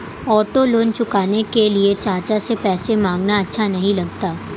auto loan चुकाने के लिए चाचा से पैसे मांगना अच्छा नही लगता